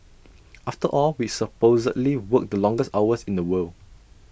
after all we supposedly work the longest hours in the world